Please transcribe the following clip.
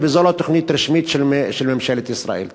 ושזו אינה תוכנית רשמית של ממשלת ישראל.